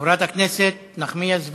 חברת הכנסת נחמיאס ורבין.